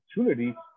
opportunity